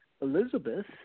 Elizabeth